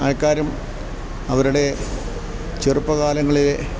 ആൾക്കാരും അവരുടെ ചെറുപ്പകാലങ്ങളെ